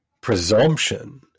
presumption